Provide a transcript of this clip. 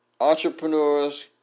entrepreneurs